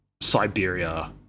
Siberia